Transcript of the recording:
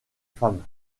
femme